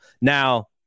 Now